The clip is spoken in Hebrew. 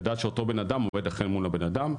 לדעת שאותו בן אדם אחרי מול הבן אדם,